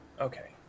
Okay